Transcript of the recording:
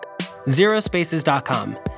Zerospaces.com